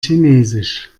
chinesisch